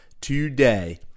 today